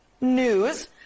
news